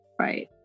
right